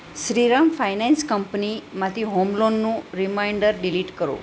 Shriram finance કંપનીમાંથી home લોનનું reminder delete કરો